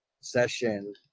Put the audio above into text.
session